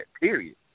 period